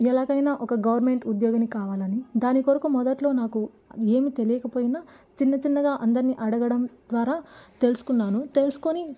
ఎలాగైనా ఒక గవర్నమెంట్ ఉద్యోగిని కావాలి అని దాని కొరకు మొదట్లో నాకు ఏమి తెలియకపోయిన చిన్నచిన్నగా అందరిని అడగడం ద్వారా తెలుసుకున్నాను తెలుసుకొని